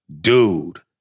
Dude